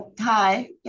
Hi